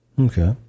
Okay